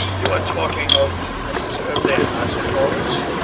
you are talking of mrs. erlynne, i suppose?